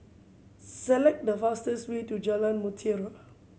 select the fastest way to Jalan Mutiara